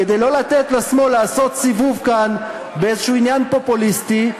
כדי לא לתת לשמאל לעשות סיבוב כאן באיזה עניין פופוליסטי,